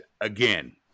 again